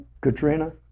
Katrina